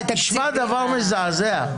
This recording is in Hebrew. תשמע דבר מזעזע.